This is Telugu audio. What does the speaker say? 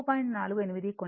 48 కోణం 10